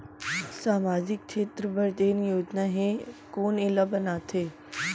सामाजिक क्षेत्र बर जेन योजना हे कोन एला बनाथे?